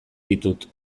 ditut